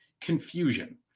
Confusion